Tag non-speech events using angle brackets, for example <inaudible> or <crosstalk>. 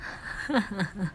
<laughs>